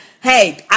hey